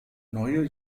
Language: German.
neue